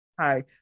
Hi